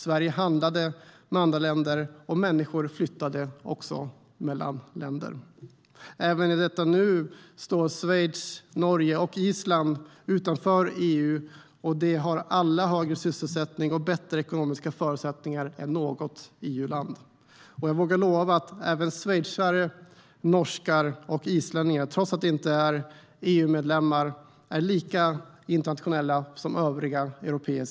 Sverige handlade med andra länder, och människor flyttade mellan länder. I detta nu står Schweiz, Norge och Island utanför EU, och de har alla högre sysselsättning och bättre ekonomiska förutsättningar än något EU-land. Och jag vågar lova att schweizare, norrmän och islänningar, trots att de inte är EU-medborgare, är lika internationella som övriga européer.